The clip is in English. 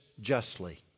justly